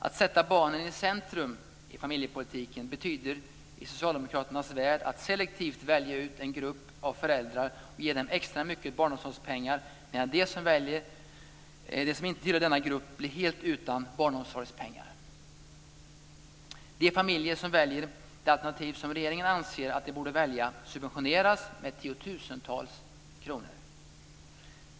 Att sätta barnen i centrum i familjepolitiken betyder i socialdemokraternas värld att selektivt välja ut en grupp av föräldrar och ge den extra mycket barnomsorgspengar medan de som inte tillhör denna grupp blir helt utan barnomsorgspengar. De familjer som väljer det alternativ som regeringen anser att de bör välja subventioneras med tiotusentals kronor.